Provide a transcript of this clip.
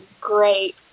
great